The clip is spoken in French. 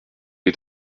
est